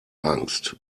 angst